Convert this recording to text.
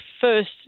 first